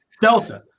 Delta